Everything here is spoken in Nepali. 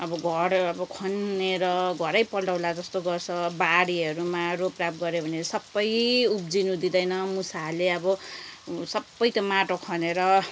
अब घर अब खनेर घरै पल्टाउला जस्तो गर्छ बारीहरूमा रोपराप गऱ्यो भने सबै उब्जिनु दिँदैन मुसाहरूले अब सबै त्यो माटो खनेर